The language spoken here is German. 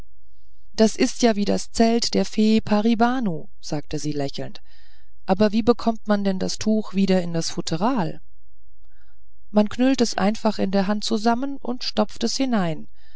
das ist ja wie das zelt der fee paribanu sagte sie lächelnd aber wie bekommt man denn das tuch wieder in das futteral man knüllt es einfach in der hand zusammen und stopft es hinein